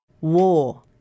War